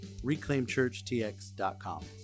ReclaimChurchTX.com